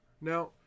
now